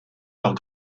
leurs